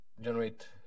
generate